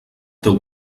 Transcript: teu